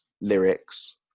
lyrics